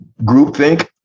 groupthink